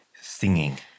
Singing